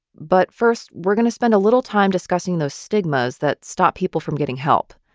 but first, we're going to spend a little time discussing those stigmas that stop people from getting help.